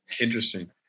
Interesting